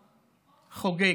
חוגג.